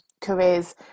careers